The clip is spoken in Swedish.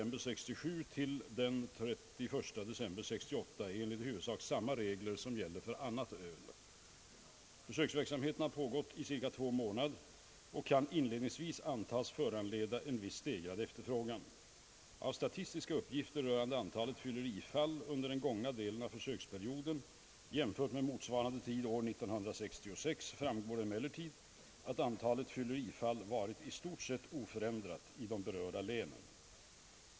Med hänsyn till frågornas likartade innehåll vill jag lämna följande gemensamma svar på dem. Försöksverksamheten har pågått cirka 2 månader och kan inledningsvis antas föranleda en viss stegrad efterfrågan. Av statistiska uppgifter rörande antalet fyllerifall under den gångna delen av försöksperioden jämfört med motsvarande tid år 1966 framgår emellertid att antalet fyllerifall varit i stort sett oförändrat i de berörda länen.